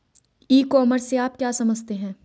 ई commerce से आप क्या समझते हैं?